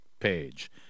page